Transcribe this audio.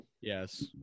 Yes